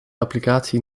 applicatie